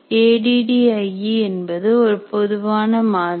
A D D I E என்பது ஒரு பொதுவான மாதிரி